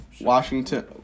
Washington